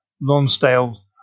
Lonsdale